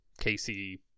casey